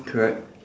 correct